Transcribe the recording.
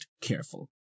careful